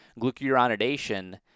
glucuronidation